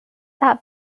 that